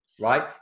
right